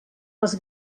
les